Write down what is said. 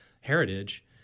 heritage